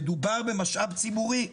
מדובר במשאב ציבורי.